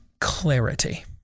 Clarity